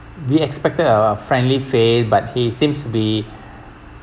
we expected uh a friendly face but he seems to be